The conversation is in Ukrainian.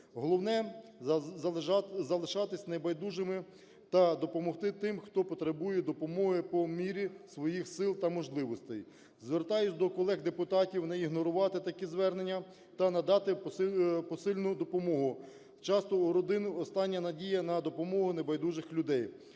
Головне – залишатись небайдужими та допомогти тим, хто потребує допомоги, по мірі своїх сил та можливостей. Звертаюся до колег-депутатів, не ігнорувати такі звернення та надати посильну допомогу. Часто у родин остання надія – на допомогу небайдужих людей.